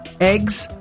eggs